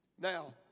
Now